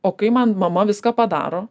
o kai man mama viską padaro